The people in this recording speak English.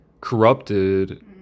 corrupted